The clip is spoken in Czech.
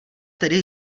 tedy